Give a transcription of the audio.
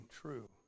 true